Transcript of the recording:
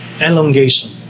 elongation